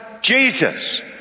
Jesus